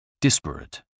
Disparate